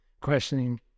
questioning